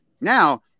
Now